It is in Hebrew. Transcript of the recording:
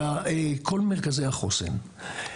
כל מרכזי החוסן.